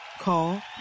Call